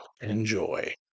Enjoy